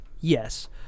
Yes